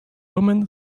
woman